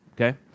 okay